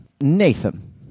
Nathan